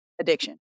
Addiction